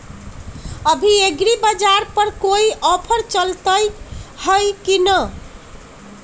अभी एग्रीबाजार पर कोई ऑफर चलतई हई की न?